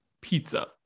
pizza